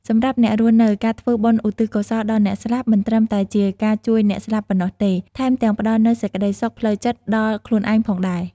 សម្រាប់អ្នករស់នៅ ការធ្វើបុណ្យឧទ្ទិសកុសលដល់អ្នកស្លាប់ មិនត្រឹមតែជាការជួយអ្នកស្លាប់ប៉ុណ្ណោះទេ ថែមទាំងផ្តល់នូវសេចក្តីសុខផ្លូវចិត្តដល់ខ្លួនឯងផងដែរ។